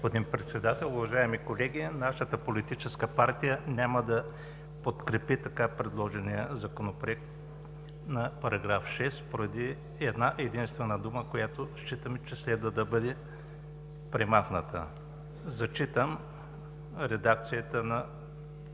господин Председател, уважаеми колеги, нашата политическа партия няма да подкрепи предложения § 6 в този законопроект поради една-единствена дума, която считаме, че следва да бъде премахната. Зачитам редакцията на